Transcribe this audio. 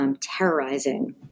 terrorizing